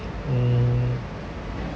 mm